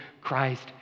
Christ